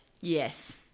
Yes